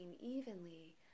evenly